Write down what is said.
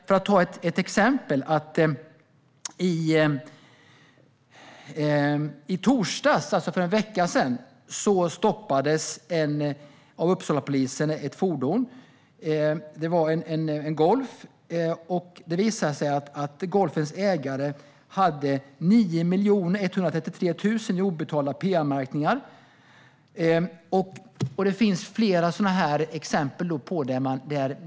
För att ta ett exempel: I torsdags för en vecka sedan stoppade Uppsalapolisen ett fordon. Det var en Golf, och det visade sig att Golfens ägare hade 9 133 000 i obetalda p-anmärkningar. Det finns fler exempel på det här.